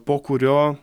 po kurio